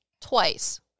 twice